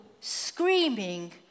screaming